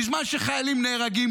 בזמן שחיילים נהרגים,